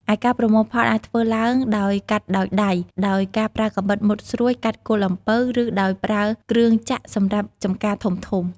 ឯការប្រមូលផលអាចធ្វើឡើងដោយកាត់ដោយដៃ ដោយការប្រើកាំបិតមុតស្រួចកាត់គល់អំពៅ ឬដោយប្រើគ្រឿងចក្រសម្រាប់ចំការធំៗ។